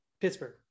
pittsburgh